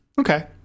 Okay